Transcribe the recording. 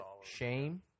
Shame